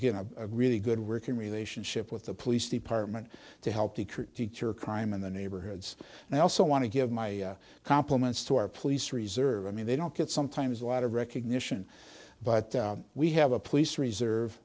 good a really good working relationship with the police department to help decrease teacher crime in the neighborhoods and i also want to give my compliments to our police reserve i mean they don't get sometimes a lot of recognition but we have a police reserve